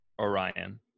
Orion